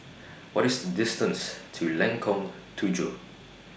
What IS distance to Lengkong Tujuh